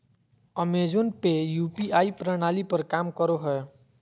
Amazon पे UPI प्रणाली पर काम करो हय